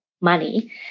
money